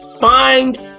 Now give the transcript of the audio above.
find